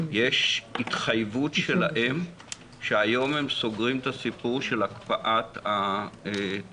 יש התחייבות שלהם שהיום הם סוגרים את הסיפור של הקפאת התגמולים.